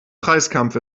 preiskampf